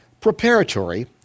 preparatory